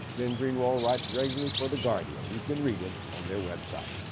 glenn greenwald writes regularly for the guardian. you can read him on their website.